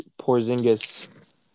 Porzingis